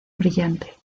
brillante